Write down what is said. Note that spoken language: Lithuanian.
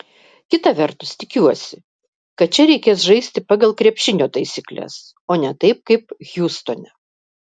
kita vertus tikiuosi kad čia reikės žaisti pagal krepšinio taisykles o ne taip kaip hjustone